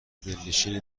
دلنشینی